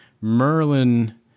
Merlin